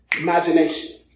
Imagination